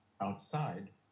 outside